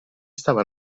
stava